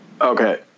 Okay